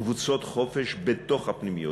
קבוצות חופש בתוך הפנימיות.